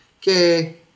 okay